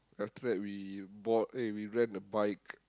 after that we bought eh we rent a bike